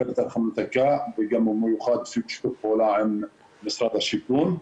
אחרת אנחנו ניתקע ובמיוחד גם בשיתוף פעולה עם משרד השיכון.